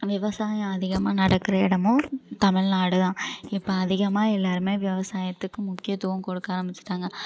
விவசாயம் அதிகமாக நடக்கிற இடமும் தமிழ்நாடு தான் இப்போ அதிகமாக எல்லோருமே விவசாயத்துக்கு முக்கியத்துவம் கொடுக்க ஆரம்பிச்சுட்டாங்க